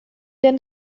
denn